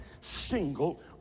single